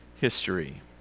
history